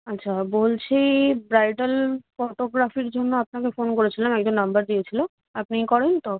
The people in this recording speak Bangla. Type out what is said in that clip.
আচ্ছা বলছি ব্রাইডাল ফটোগ্রাফির জন্য আপনাকে ফোন করেছিলাম একজন নম্বর দিয়েছিলো আপনি করেন তো